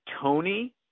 Tony